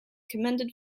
commended